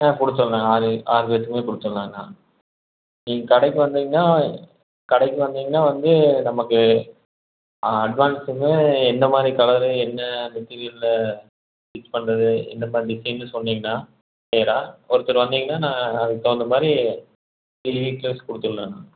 ஆ கொடுத்துடலாம் அது அதுகேற்ற மாதிரி கொடுத்துலாம்ண்ணா நீங்கள் கடைக்கு வந்திங்கனா கடைக்கு வந்திங்கனா வந்து நமக்கு அட்வான்ஸ் வந்து எந்த மாதிரி கலரு என்ன மெட்டிரியலில் ஃபிக்ஸ் பண்ணுறது எந்த மாதிரி டிசைன் சொன்னிங்கனா நேராக ஒருத்தர் வந்திங்கனா நான் அதுக்கு தகுந்த மாதிரி த்ரீ வீக் டேஸில் கொடுத்துர்லாண்ணா